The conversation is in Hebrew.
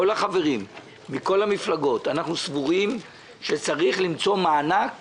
כל החברים מכל המפלגות, סבורים שצריך למצוא מענק